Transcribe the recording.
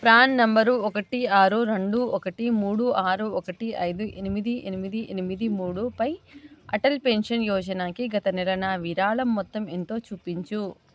PRAN number ఒకటి ఆరు రెండు ఒకటి మూడు ఆరు ఒకటి ఐదు ఎనిమిది ఎనిమిది ఎనిమిది మూడుపై అటల్ పెన్షన్ యోజనాకి గత నెల నా విరాళం మొత్తం ఎంతో చూపించు